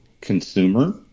consumer